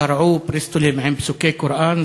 קרעו בריסטולים עם פסוקי קוראן,